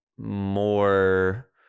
more